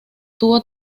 tuvo